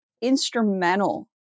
instrumental